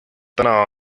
täna